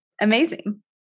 Amazing